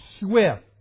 swift